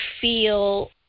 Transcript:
feel